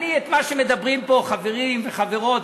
את מה שמדברים פה חברים וחברות,